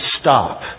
stop